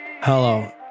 hello